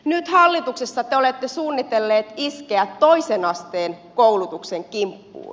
nyt hallituksessa te olette suunnitelleet iskeä toisen asteen koulutuksen kimppuun